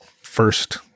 first